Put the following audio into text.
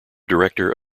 director